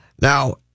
Now